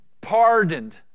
pardoned